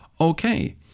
okay